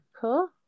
cool